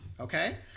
Okay